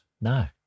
No